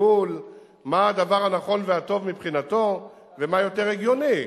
השיקול מה הדבר הנכון והטוב מבחינתו ומה יותר הגיוני.